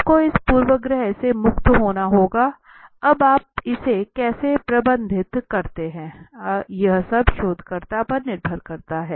आपको इस पूर्वाग्रह से मुक्त होना होगा अब आप इसे कैसे प्रबंधित करते हैं यह सब शोधकर्ता पर निर्भर करता है